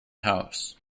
house